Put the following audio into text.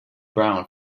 brown